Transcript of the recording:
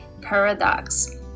paradox